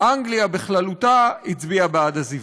אנגליה בכללותה הצביעה בעד עזיבה.